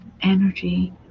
energy